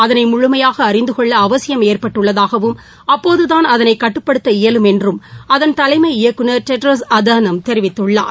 அதளை முழுமையாக அறிந்து கொள்ள அவசியம் ஏற்பட்டுள்ளதாகவும் அப்போதுதான் அதனை கட்டுப்படுத்த இயலும் என்றும் அதன் தலைமை இயக்குநர் டெரோஸ் அதானம் கெப்ரியோசஸ் தெரிவித்துள்ளார்